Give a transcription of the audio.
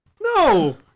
No